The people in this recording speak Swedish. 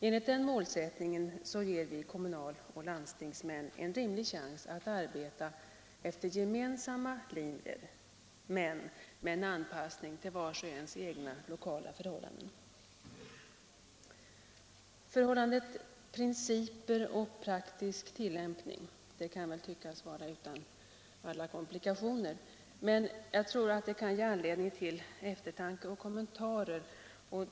Enligt den målsättningen ger vi kommunal och landstingsmän en rimlig chans att arbeta efter gemensamma linjer men med en anpassning till vars och ens egna, lokala förhållanden. Förhållandet principer — praktisk tillämpning kan tyckas vara utan komplikationer men kan i vissa fall ge anledning till eftertanke och kommentarer.